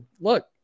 look